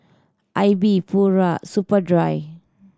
Aibi Pura Superdry